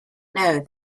know